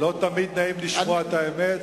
לא תמיד נעים לשמוע את האמת.